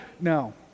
No